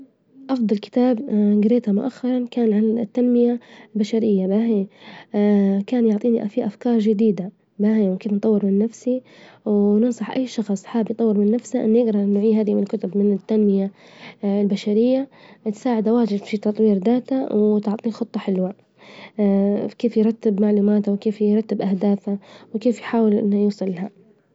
أفضل كتاب جريته مؤخرا كان عن التنمية البشرية، ما هي? كان يعطيني فيه أفكار جديدة ما يمكن نطور من نفسي وننصح اي شخص حاب يطور من نفسه إنه يجرا النوعية هذي من كتب من التنمية البشرية، تساعده واجد في تطوير ذاته، وتعطيه خطة حلوة، كيف يرتب معلوماته? وكيف يرتب أهدافه? وكيف يحاول إنه يوصل لها؟.